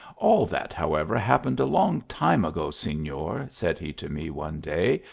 all that, however, happened a long time ago, signor, said he to me, one day,